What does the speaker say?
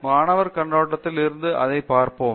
மாணவர் கண்ணோட்டத்தில் இருந்து அதைப் பார்ப்போம்